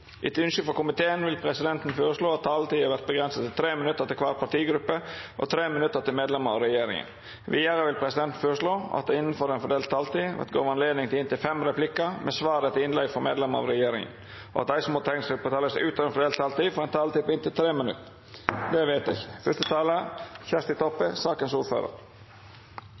Etter ynske frå helse- og omsorgskomiteen vil presidenten føreslå at taletida vert avgrensa til 3 minutt til kvar partigruppe og 3 minutt til medlemer av regjeringa. Vidare vil presidenten føreslå at det – innanfor den fordelte taletida – vert gjeve anledning til inntil fem replikkar med svar etter innlegg frå medlemer av regjeringa, og at dei som måtte teikna seg på talarlista utover den fordelte taletida, får ei taletid på inntil 3 minutt. – Det